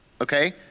Okay